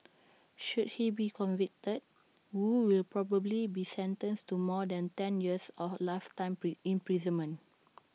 should he be convicted wu will probably be sentenced to more than ten years or lifetime imprisonment